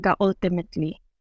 ultimately